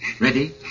Ready